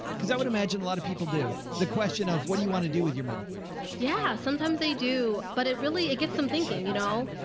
because i would imagine a lot of people do the question of what do you want to do with your money? chonce yeah. sometimes they do, but it really, it gets some thinking. you know,